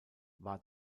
war